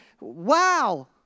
Wow